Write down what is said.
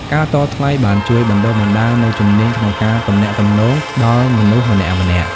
ការតថ្លៃបានជួយបណ្តុះបណ្តាលនូវជំនាញក្នុងការទំនាក់ទំនងដល់មនុស្សម្នាក់ៗ។